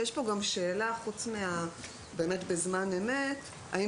יש פה גם שאלה: חוץ מהעניין של זמן אמת האם